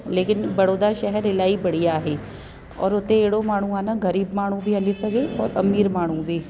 लेकिन बड़ौदा शहर इलाही बढ़िया आहे और उते अहिड़ो माण्हू आहे न ग़रीब माण्हू बि हली सघे और अमीर माण्हू बि